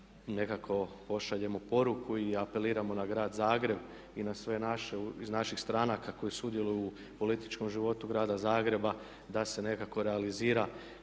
nekako pošaljemo poruku. I apeliramo na grad Zagreb i na sve naše iz naših stranaka koji sudjeluju u političkom životu grada Zagreba, da se nekako realizira